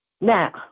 Now